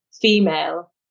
female